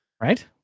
right